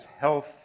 health